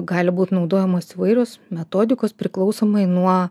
gali būt naudojamos įvairios metodikos priklausomai nuo